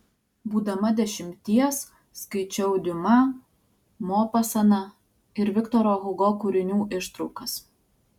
būdama dešimties skaičiau diuma mopasaną ir viktoro hugo kūrinių ištraukas